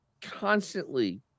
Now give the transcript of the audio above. constantly